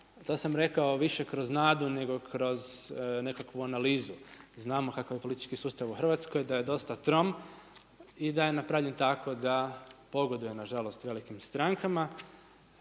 to sam rekao više kroz nadu nego kroz nekakvu analizu. Znamo kakav je politički sustav u Hrvatskoj, da je dosta trom i da je napravljen tako da pogoduje nažalost velikim strankama.